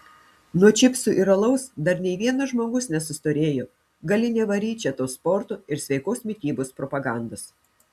nuo čipsų ir alaus dar nei vienas žmogus nesustorėjo gali nevaryt čia tos sporto ir sveikos mitybos propagandos